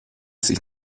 sich